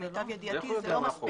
להגיד למיטב ידיעתי, זה לא מספיק.